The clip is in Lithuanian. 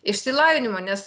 išsilavinimo nes